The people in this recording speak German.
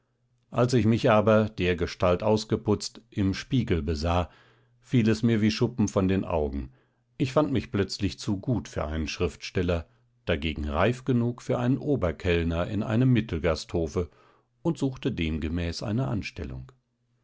als ich mich aber dergestalt ausgeputzt im spiegel besah fiel es mir wie schuppen von den augen ich fand mich plötzlich zu gut für einen schriftsteller dagegen reif genug für einen oberkellner in einem mittelgasthofe und suchte demgemäß eine anstellung